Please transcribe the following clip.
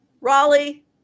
Raleigh